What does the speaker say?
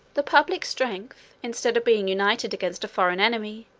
the public strength, instead of being united against a foreign enemy,